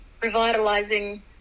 revitalizing